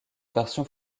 version